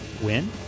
win